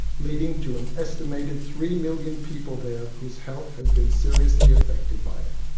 leading to an estimated three million people there whose health has been seriously affected by it.